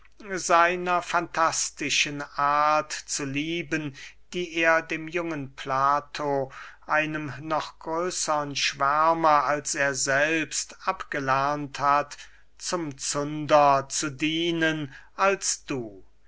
seiner fantastischen art zu lieben die er dem jungen plato einem noch größern schwärmer als er selbst abgelernt hat zum zunder zu dienen als du